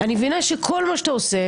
אני מבינה שכל מה שאתה עושה